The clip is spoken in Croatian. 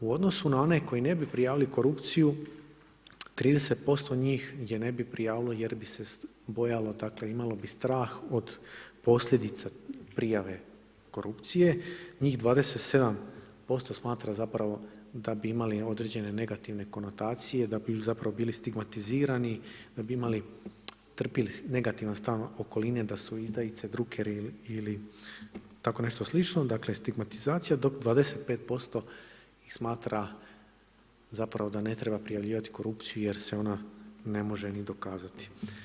U odnosu na one koji ne bi prijavili korupciju, 30% njih je ne bi prijavilo jer bi se bojalo, dakle imalo bi strah od posljedica prijave korupcije, njih 27% smatra zapravo d bi imali određene negativne konotacije, da bi zapravo bili stigmatizirani, da bi imali, trpili negativno stalno okolinu, da su izdajice, drukeri ili tako nešto slično, dakle stigmatizacija, dok 25% ih smatra zapravo da ne treba prijavljivati korupciju jer se ona ne može ni dokazati.